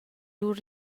lur